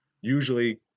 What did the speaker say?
Usually